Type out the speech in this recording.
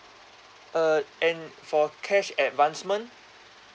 uh and for cash advancement